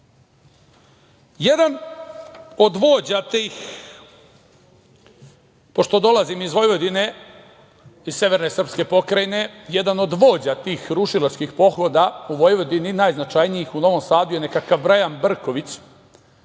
genocidnim. Pošto dolazim iz Vojvodine, iz severne srpske pokrajine, jedan od vođa tih rušilačkih pohoda u Vojvodini, najznačajnijih u Novom Sadu, je nekakav Brajan Brković,